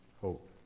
hope